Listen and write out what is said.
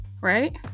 right